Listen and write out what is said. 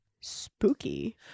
Spooky